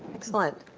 excellent.